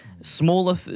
Smaller